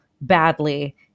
badly